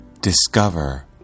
discover